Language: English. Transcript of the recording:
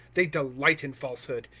they delight in falsehood.